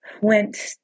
Went